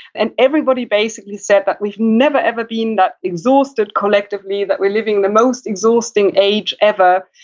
and everybody basically said that we've never, ever been that exhausted collectively. that we're living the most exhausting age ever.